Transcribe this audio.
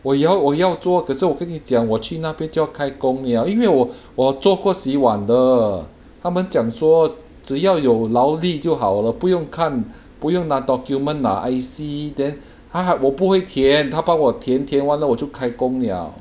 我要我要做可是我跟你讲我去那边就要开工 liao 因为我我做过洗碗的他们讲说只要有劳力就好了不用看不用那 document 拿 I_C then 还我不会填他帮我填填完了我就开工 liao